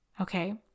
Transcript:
Okay